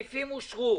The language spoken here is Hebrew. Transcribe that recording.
הסעיפים אושרו.